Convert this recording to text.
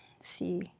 see